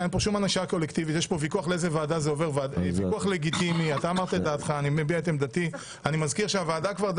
יש משמעות מאוד גדולה לגדר הביטחונית שמציבים פה באמצעות החוק.